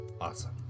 awesome